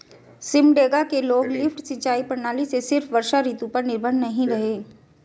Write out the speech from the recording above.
सिमडेगा के लोग लिफ्ट सिंचाई प्रणाली से सिर्फ वर्षा ऋतु पर निर्भर नहीं रहे